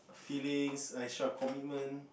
feelings extra commitment